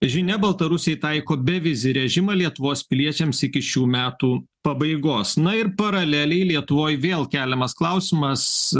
žinia baltarusiai taiko bevizį režimą lietuvos piliečiams iki šių metų pabaigos na ir paraleliai lietuvoje vėl keliamas klausimas